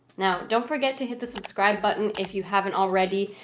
now don't forget to hit the subscribe button if you haven't already,